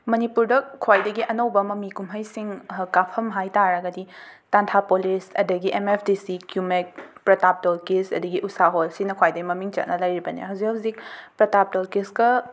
ꯃꯅꯤꯄꯨꯔꯗ ꯈ꯭ꯋꯥꯏꯗꯒꯤ ꯑꯅꯧꯕ ꯃꯃꯤ ꯀꯨꯝꯍꯩꯁꯤꯡ ꯍ ꯀꯥꯞꯐꯝ ꯍꯥꯏꯇꯥꯔꯒꯗꯤ ꯇꯥꯟꯊꯥꯄꯣꯂꯤꯁ ꯑꯗꯒꯤ ꯑꯦꯝ ꯑꯦꯐ ꯗꯤ ꯁꯤ ꯀ꯭ꯌꯨꯃꯦꯛ ꯄ꯭ꯔꯇꯥꯞ ꯇꯣꯜꯀꯤꯁ ꯑꯗꯒꯤ ꯎꯁꯥ ꯍꯣꯜ ꯁꯤꯅ ꯈ꯭ꯋꯥꯏꯗꯒꯤ ꯃꯃꯤꯡ ꯆꯠꯅ ꯂꯩꯔꯤꯕꯅꯤ ꯍꯧꯖꯤꯛ ꯍꯧꯖꯤꯛ ꯄ꯭ꯔꯇꯥꯞ ꯇꯣꯜꯀꯤꯁꯀ